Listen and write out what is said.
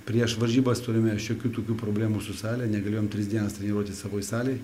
prieš varžybas turėjome šiokių tokių problemų su sale negalėjom tris dienas treniruotis savoj salėj